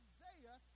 Isaiah